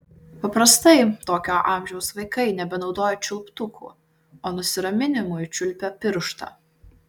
paprastai tokio amžiaus vaikai nebenaudoja čiulptukų o nusiraminimui čiulpia pirštą